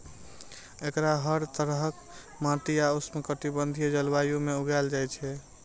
एकरा हर तरहक माटि आ उष्णकटिबंधीय जलवायु मे उगायल जाए छै